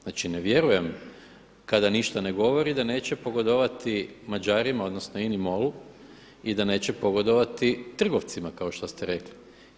Znači ne vjerujem kada ništa ne govori da neće pogodovati Mađarima odnosno INA-MOL-u i da neće pogodovati trgovcima kao što ste rekli.